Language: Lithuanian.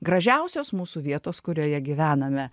gražiausios mūsų vietos kurioje gyvename